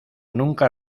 nunca